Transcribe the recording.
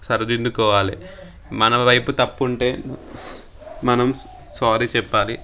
సరిదిద్దుకోవాలి మన వైపు తప్పు ఉంటే మనం సారీ చెప్పాలి